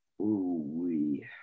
Ooh-wee